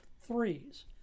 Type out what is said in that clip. threes